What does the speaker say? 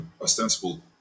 ostensible